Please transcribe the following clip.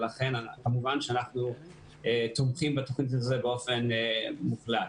לכן כמובן אנחנו תומכים בתוכנית הזאת באופן מוחלט.